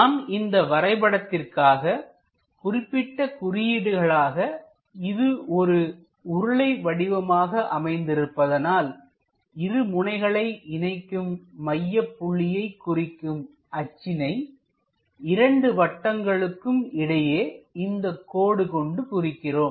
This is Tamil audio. நாம் இந்த வரைபடத்திற்காக குறிப்பிட்ட குறியீடுகளாக இது ஒரு உருளை வடிவமாக அமைந்திருப்பதனால்இரு முனைகளை இணைக்கும் மையப்புள்ளியை குறிக்கும் அச்சினைஇரண்டு வட்டங்களுக்கும் இடையே இந்தக் கோடு கொண்டு குறிக்கின்றோம்